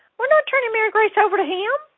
we're not turning mary grace over to him